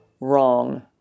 Wrong